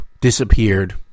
disappeared